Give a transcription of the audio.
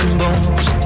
bones